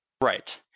Right